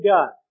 God